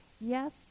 Yes